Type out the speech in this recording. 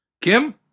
Kim